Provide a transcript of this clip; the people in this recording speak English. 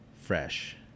fresh